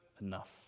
enough